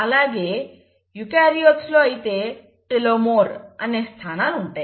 అలాగే యూకార్యోట్స్ లో అయితే టెలోమీర్ అనే స్థానాలు ఉంటాయి